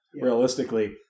realistically